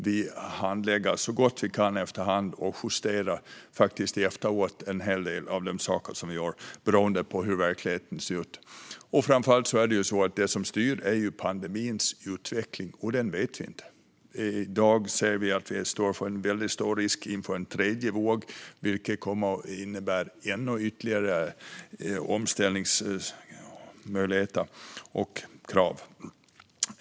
Vi handlägger så gott vi kan efter hand och justerar efteråt en hel del av det vi gör, beroende på hur verkligheten ser ut. Det som framför allt styr är ju pandemins utveckling. Och vi vet inte hur den ser ut. I dag ser vi en stor risk för en tredje våg, vilket skulle innebära ytterligare omställningsmöjligheter och krav.